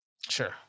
Sure